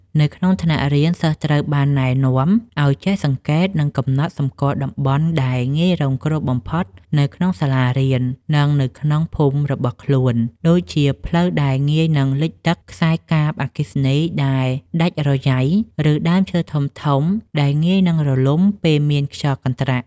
នៅក្នុងថ្នាក់រៀន សិស្សត្រូវបានណែនាំឱ្យចេះសង្កេត និងកំណត់សម្គាល់តំបន់ដែលងាយរងគ្រោះបំផុតនៅក្នុងសាលារៀន និងនៅក្នុងភូមិរបស់ខ្លួន ដូចជាផ្លូវដែលងាយនឹងលិចទឹក ខ្សែកាបអគ្គិសនីដែលដាច់រយ៉ៃ ឬដើមឈើធំៗដែលងាយនឹងរលំពេលមានខ្យល់កន្ត្រាក់។